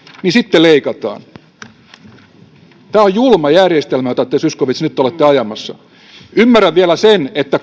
niin sitten leikataan tämä on julma järjestelmä jota te zyskowicz nyt olette ajamassa ymmärrän vielä sen että